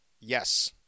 yes